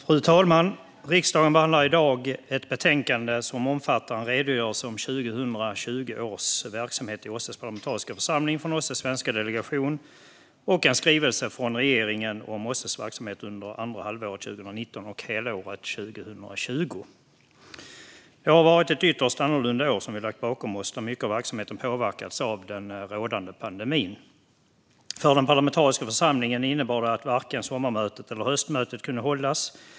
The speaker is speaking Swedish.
Fru talman! Riksdagen behandlar i dag ett betänkande som omfattar en redogörelse om 2020 års verksamhet i OSSE:s parlamentariska församling av OSSE:s svenska delegation och en skrivelse från regeringen om OSSE:s verksamhet under andra halvåret 2019 och helåret 2020. Det har varit ett ytterst annorlunda år som vi har lagt bakom oss där mycket av verksamheten har påverkats av den rådande pandemin. För den parlamentariska församlingen innebar det att varken sommarmötet eller höstmötet kunde hållas.